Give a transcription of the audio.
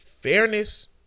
fairness